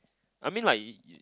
I mean like y~ y~